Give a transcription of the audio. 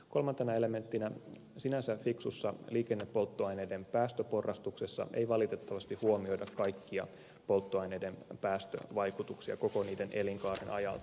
kolmantena elementtinä sinänsä fiksussa liikennepolttoaineiden päästöporrastuksessa ei valitettavasti huomioida kaikkia polttoaineiden päästövaikutuksia koko niiden elinkaaren ajalta